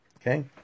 okay